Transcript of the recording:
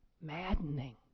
maddening